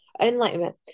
Enlightenment